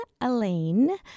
Elaine